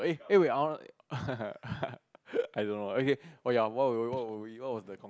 eh eh wait R I don't know okay oh ya what will we what will we what was the con